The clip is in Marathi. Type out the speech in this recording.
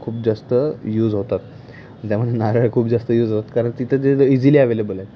खूप जास्त यूज होतात त्यामुळे नारळ खूप जास्त यूज होतात कारण तिथं जे इझिली एवेलेबल आहेत